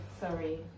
Sorry